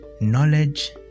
knowledge